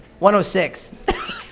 106